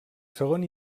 segon